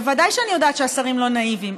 בוודאי שאני יודעת שהשרים לא נאיביים,